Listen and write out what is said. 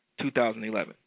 2011